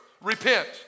Repent